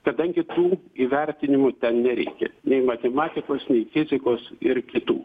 kadangi tų įvertinimų ten nereikia nei matematikos fizikos ir kitų